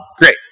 Great